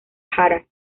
jara